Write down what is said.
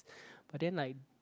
but then like